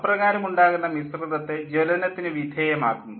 അപ്രകാരം ഉണ്ടാകുന്ന മിശ്രിതത്തെ ജ്വലനത്തിന് വിധേയമാക്കുന്നു